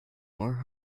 more